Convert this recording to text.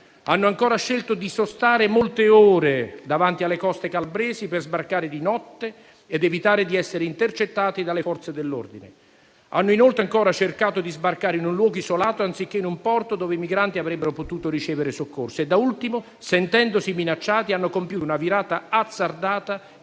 hanno scelto di sostare molte ore davanti alle coste calabresi per sbarcare di notte ed evitare di essere intercettati dalle Forze dell'ordine; hanno inoltre cercato di sbarcare in un luogo isolato, anziché in un porto dove i migranti avrebbero potuto ricevere soccorso. Da ultimo, sentendosi minacciati, hanno compiuto una virata azzardata,